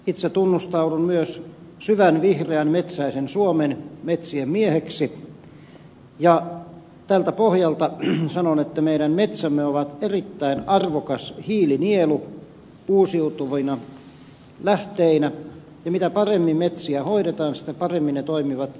itse tunnustaudun myös syvän vihreän metsäisen suomen metsien mieheksi ja tältä pohjalta sanon että meidän metsämme ovat erittäin arvokas hiilinielu uusiutuvina lähteinä ja mitä paremmin metsiä hoidetaan sitä paremmin ne toimivat hiilinieluna